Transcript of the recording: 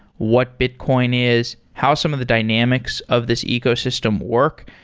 what bitcoin is, how some of the dynamics of this ecosystem work.